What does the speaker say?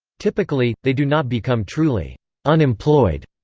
typically, they do not become truly unemployed,